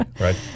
right